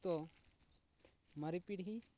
ᱛᱳ ᱢᱟᱨᱮ ᱯᱤᱲᱦᱤ